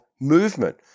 movement